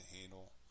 handle